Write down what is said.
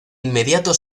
inmediato